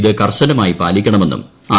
ഇത് കർശനമായി പാലിക്കണമെന്നും ആർ